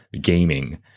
gaming